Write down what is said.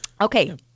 Okay